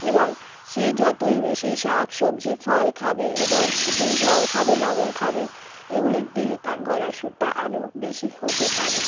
এবং সে যতই বেশি শাক সবজি ফল খাবে এবং সুষুম জল খাবে লবণ খাবে এগুলো দিয়ে তার গলার সুরটা আরও বেশি হতে পারে